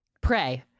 Pray